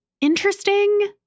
interesting